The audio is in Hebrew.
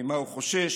ממה הוא חושש,